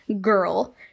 girl